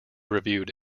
reviewed